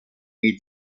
wie